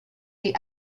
the